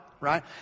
right